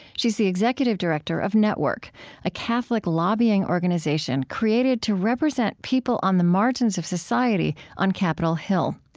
she's the executive director of network a catholic lobbying organization created to represent people on the margins of society on capitol hill.